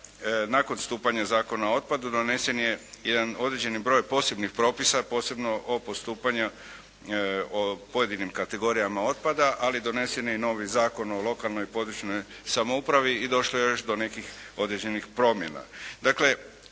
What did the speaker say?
nakon stupanja Zakona o otpadu donesen je jedan određeni broj posebnih propisa, posebno o postupanju o pojedinim kategorijama otpada, ali donesen je i novi Zakon o lokalnoj područnoj samoupravi i došlo je još do nekih određenih promjena. Dakle,